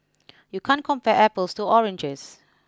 you can't compare apples to oranges